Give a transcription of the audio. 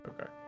Okay